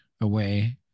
away